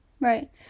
right